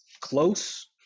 close